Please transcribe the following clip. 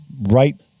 right